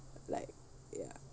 like ya